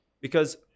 Because-